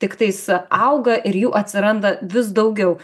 tiktais auga ir jų atsiranda vis daugiau